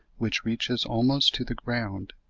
which reaches almost to the ground,